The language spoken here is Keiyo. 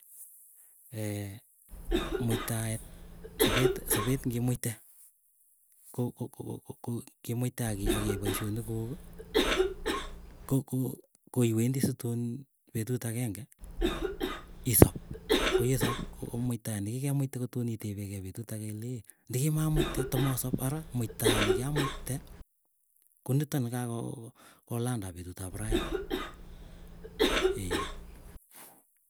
muitaet sapet sapet ngimuite ko ko ko ngimuite akiyai poisyonik kuuk koko koiwendi situn petut ageng'e isop koyesop komuitaet nekikemuite kotun itepekei ile ii ndekimamuite tamasop araa muitaani kiamuite konito nekakoo kolandaa petut ap raiin ee.